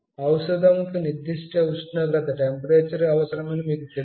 ఔషధంకు నిర్దిష్ట ఉష్ణోగ్రత అవసరమని మీకు తెలుసు